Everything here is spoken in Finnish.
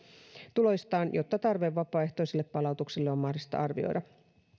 tuloistaan jotta tarve vapaaehtoiselle palautukselle on mahdollista arvioida